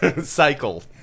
Cycle